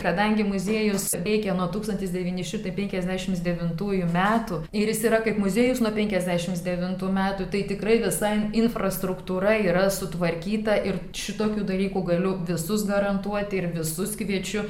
kadangi muziejus veikia nuo tūkstantis devyni šimtai penkiasdešims devintųjų metų ir jis yra kaip muziejus nuo penkiasdešims devintų metų tai tikrai visa infrastruktūra yra sutvarkyta ir šitokių dalykų galiu visus garantuoti ir visus kviečiu